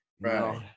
Right